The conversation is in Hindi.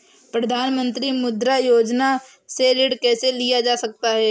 प्रधानमंत्री मुद्रा योजना से ऋण कैसे लिया जा सकता है?